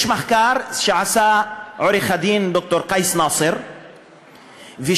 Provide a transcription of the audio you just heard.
יש מחקר שעשה עורך-הדין ד"ר קייס נאסר על